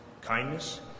kindness